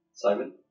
Simon